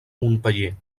montpeller